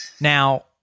now